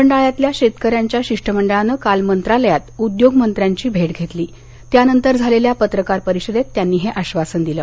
खंडाळ्यातल्या शेतकऱ्यांच्या शिष्ट्मंडळानं काल मंत्रालयात उद्योगमंत्र्यांची भेट घेतली त्यानंतर झालेल्या पत्रकार परिषदेत त्यांनी हे आश्वासन दिलं